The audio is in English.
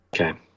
Okay